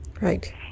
right